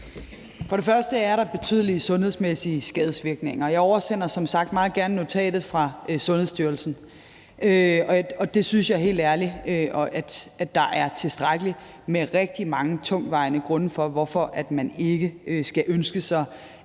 og fremmest er der betydelige sundhedsmæssige skadesvirkninger. Jeg oversender som sagt meget gerne notatet om det fra Sundhedsstyrelsen. Jeg synes helt ærligt, at der er tilstrækkeligt med grunde, rigtig mange tungtvejende grunde, til, at man ikke skal ønske sig,